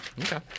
Okay